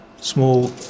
small